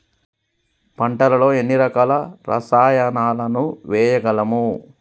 పంటలలో ఎన్ని రకాల రసాయనాలను వేయగలము?